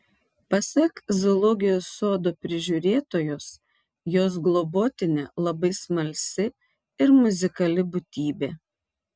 pasak zoologijos sodo prižiūrėtojos jos globotinė labai smalsi ir muzikali būtybė